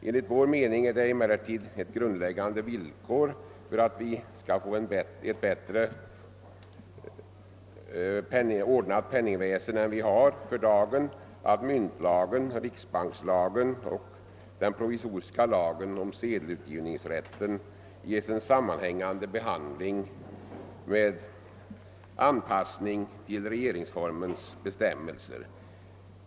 Enligt vår mening är emellertid ett grundläggande villkor för att man skall få ett bättre ordnat penningväsende än man har för dagen att myntlagen, riksbankslagen och den provisoriska lagen om sedelutgivningsrätten ges en sammanhängande behandling med anpassning till regeringsformens bestämmelser.